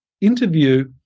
interview